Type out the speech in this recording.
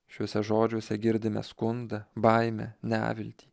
šiuose žodžiuose girdime skundą baimę neviltį